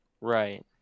right